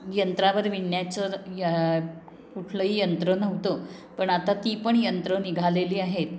यंत्रावर विणण्याचं य कुठलंही यंत्र नव्हतं पण आता ती पण यंत्र निघालेली आहेत